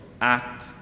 act